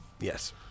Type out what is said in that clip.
Yes